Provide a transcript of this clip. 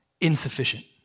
insufficient